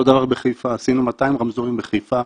אותו דבר בחיפה, עשינו 200 רמזורים בחיפה,